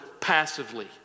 passively